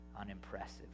unimpressive